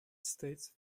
states